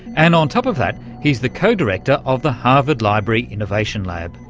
and on top of that he's the co-director of the harvard library innovation lab.